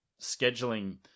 scheduling